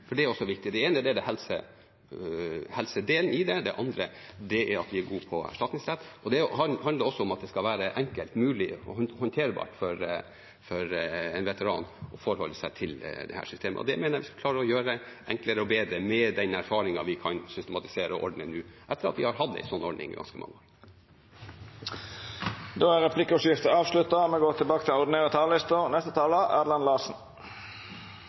Det handler også om at det skal være enkelt, mulig og håndterbart for en veteran å forholde seg til dette systemet. Det mener jeg vi skal klare å gjøre enklere og bedre med den erfaringen vi kan systematisere og ordne nå, etter at vi har hatt en slik ordning i ganske mange år. Replikkordskiftet er avslutta. Dei talarane som heretter får ordet, har ei taletid på inntil 3 minutt. Det er ikke bare de som har deltatt i krig og faktisk har skutt noen, som kommer tilbake med belastningsskader. Da konflikten mellom Israel og